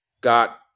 got